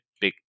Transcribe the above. big